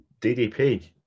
DDP